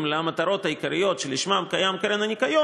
למטרות העיקריות שלשמן קיימת הקרן לשמירת הניקיון,